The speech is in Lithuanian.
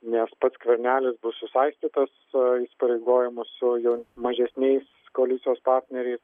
nes pats skvernelis bus susaistytas įsipareigojimu su mažesniais koalicijos partneriais